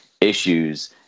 issues